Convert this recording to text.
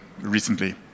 recently